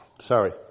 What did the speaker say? sorry